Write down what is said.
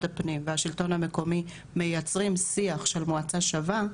הפנים והשלטון המקומי מייצרים שיח של מועצה שווה,